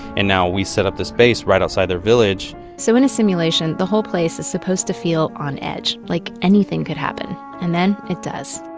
and now we've set up this base right outside their village. so in a simulation, the whole place is supposed to feel on edge. like anything could happen and then it does.